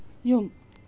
ꯌꯨꯝ